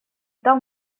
там